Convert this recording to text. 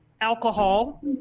alcohol